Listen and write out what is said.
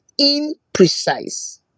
imprecise